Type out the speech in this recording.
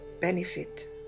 benefit